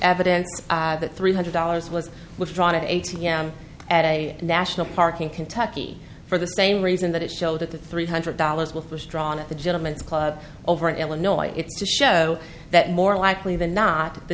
evidence that three hundred dollars was withdrawn an a t m at a national park in kentucky for the same reason that it showed that the three hundred dollars wolf was drawn at the gentlemen's club over in illinois it's to show that more likely than not the